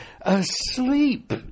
asleep